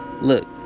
Look